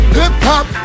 hip-hop